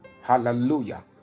Hallelujah